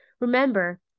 Remember